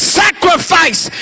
sacrifice